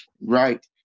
Right